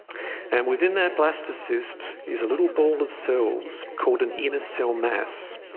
and within that blastocyst is a little ball of cells called an inner cell mass.